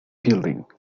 building